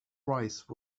rice